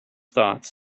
thoughts